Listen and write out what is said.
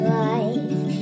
life